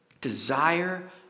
Desire